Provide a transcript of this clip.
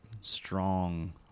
strong